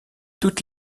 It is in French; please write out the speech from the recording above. toutes